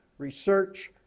research,